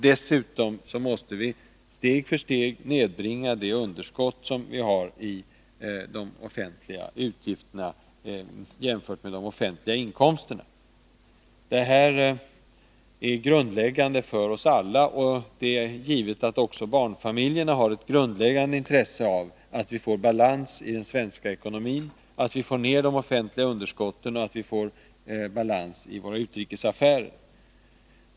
Dessutom måste vi steg för steg nedbringa det underskott som vi har i offentliga utgifter jämfört med de offentliga inkomsterna. Detta är grundläggande för oss alla. Det är givet att också barnfamiljerna har intresse av att vi får balans i den svenska ekonomin, att vi får ned de offentliga underskotten och att vi får balans i våra utrikesaffärer.